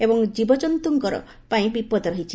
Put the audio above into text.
ଏବଂ ବନ୍ୟଜନ୍ତୁଙ୍କ ପାଇଁ ବିପଦ ରହିଛି